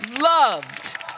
loved